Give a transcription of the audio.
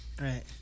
Right